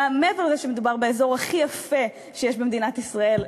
מעבר לזה שמדובר באזור הכי יפה שיש במדינת ישראל,